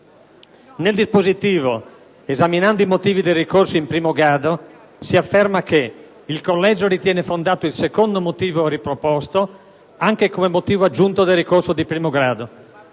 Nel dispositivo, esaminando i motivi del ricorso in primo grado, si afferma che il collegio ritiene fondato il secondo motivo riproposto, anche come motivo aggiunto del ricorso di primo grado.